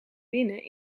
binnen